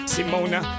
Simona